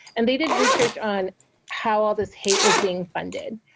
and they did research on how all this hate was being funded.